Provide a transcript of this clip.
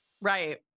right